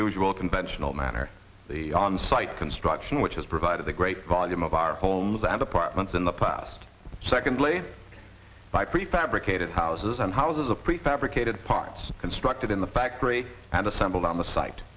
usual conventional manner the on site construction which has provided the great volume of our homes and apartments in the past secondly by pre fabricated houses and houses a prefabricated parts constructed in the factory and assembled on the site